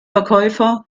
verkäufer